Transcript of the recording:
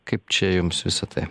kaip čia jums visa tai